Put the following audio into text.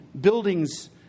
buildings